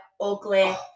ugly